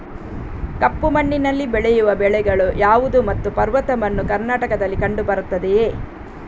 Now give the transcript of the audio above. ಕಪ್ಪು ಮಣ್ಣಿನಲ್ಲಿ ಬೆಳೆಯುವ ಬೆಳೆಗಳು ಯಾವುದು ಮತ್ತು ಪರ್ವತ ಮಣ್ಣು ಕರ್ನಾಟಕದಲ್ಲಿ ಕಂಡುಬರುತ್ತದೆಯೇ?